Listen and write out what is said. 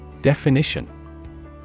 Definition